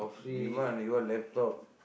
demand you want laptop